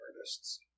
artists